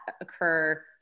occur